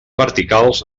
verticals